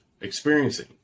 experiencing